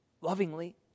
lovingly